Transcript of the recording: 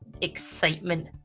excitement